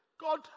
God